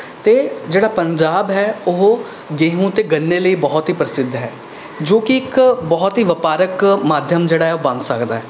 ਅਤੇ ਜਿਹੜਾ ਪੰਜਾਬ ਹੈ ਉਹ ਗੇਹੂੰ ਅਤੇ ਗੰਨੇ ਲਈ ਬਹੁਤ ਹੀ ਪ੍ਰਸਿੱਧ ਹੈ ਜੋ ਕਿ ਇੱਕ ਬਹੁਤ ਹੀ ਵਪਾਰਕ ਮਾਧਿਅਮ ਜਿਹੜਾ ਹੈ ਬਣ ਸਕਦਾ